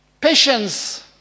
Patience